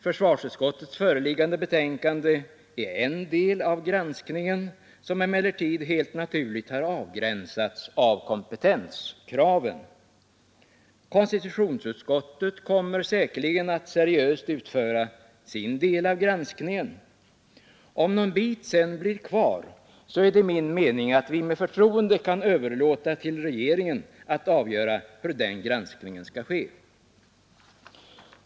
Försvarsutskottets föreliggande betänkande är en del av granskningen. som emellertid helt naturligt har avgränsats av kompetenskraven. Konstitutionsutskottet kommer säkerligen att seriöst utföra sin del av granskningen. Om någon bit sedan blir kvar är det min mening att vi med förtroende kan överlåta till regeringen att avgöra hur den granskningen skall ske.